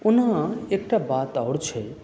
पुन एकटा बात आओर छै जे